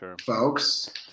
folks